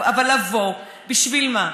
אבל לבוא, בשביל מה,